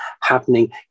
happening